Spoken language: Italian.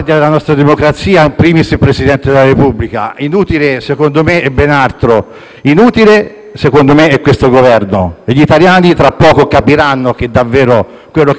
inutile, secondo me, è questo Governo e gli italiani tra poco capiranno che davvero quello che c'è di inutile, qui, è questo Governo. *(Applausi dal